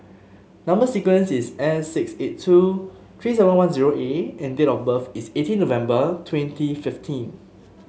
number sequence is S six eight two three seven one zero A and date of birth is eighteen November twenty fifteen